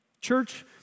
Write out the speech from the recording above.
Church